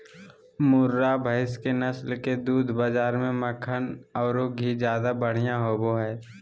मुर्रा भैस के नस्ल के दूध बाज़ार में मक्खन औरो घी ज्यादा बढ़िया होबो हइ